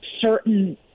certain